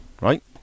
right